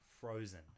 frozen